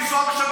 לנסוע בשבת,